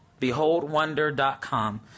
BeholdWonder.com